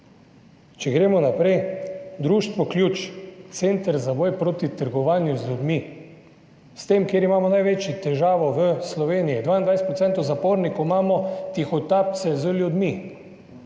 Če gremo naprej, Društvo Ključ – center za boj proti trgovanju z ljudmi, s tem imamo največjo težavo v Sloveniji, 22 % zapornikov je tihotapcev z ljudmi,